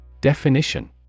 Definition